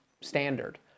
standard